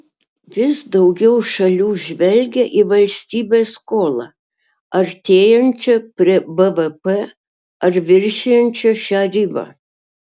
vis daugiau šalių žvelgia į valstybės skolą artėjančią prie bvp ar viršijančią šią ribą